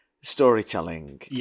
storytelling